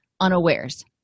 unawares